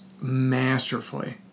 masterfully